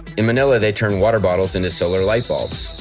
in manila they turn water bottles into solar light bulbs.